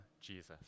Jesus